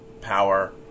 power